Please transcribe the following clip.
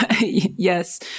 Yes